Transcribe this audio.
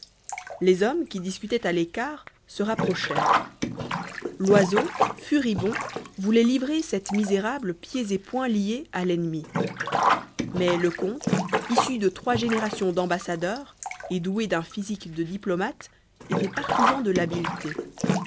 les hommes qui discutaient à l'écart se rapprochèrent loiseau furibond voulait livrer cette misérable pieds et poings liés à l'ennemi mais le comte issu de trois générations d'ambassadeurs et doué d'un physique de diplomate était partisan de l'habileté